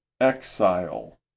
exile